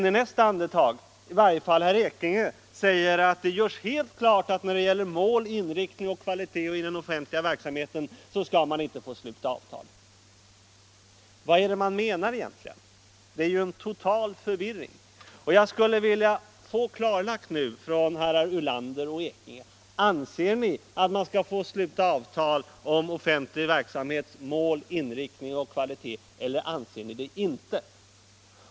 I nästa andetag säger i varje fall herr Ulander att när det gäller mål och inriktning av den offentliga verksamheten skall avtal inte få slutas. Vad är det egentligen man menar? Det råder en total förvirring. Jag skulle vilja få klarlagt av herrar Ulander och Ekinge: Anser ni att man skall få sluta avtal om offentlig verksamhets mål, inriktning och kvalitet eller anser ni det inte?